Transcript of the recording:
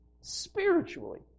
spiritually